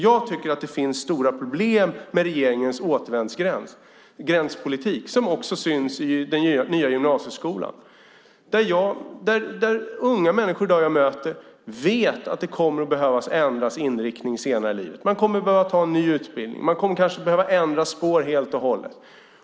Jag tycker att det finns stora problem med regeringens återvändsgrändspolitik, som också syns i den nya gymnasieskolan där unga människor jag möter vet att de kommer att behöva ändra inriktning senare i livet. Man kommer att behöva en ny utbildning, man kanske kommer att behöva ändra spår helt och hållet.